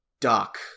Doc